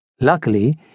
Luckily